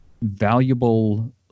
valuable